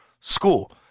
school